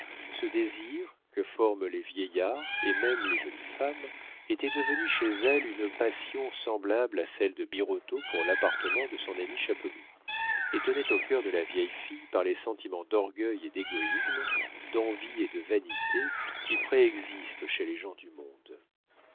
ce désir que forment les vieillards et même les jolies femmes était devenu chez elle une passion semblable à celle de birotteau pour l'appartement de son ami chapeloud et tenait au cœur de la vieille fille par les sentiments d'orgueil et d'égoïsme d'envie et de vanité qui préexistent chez les gens du monde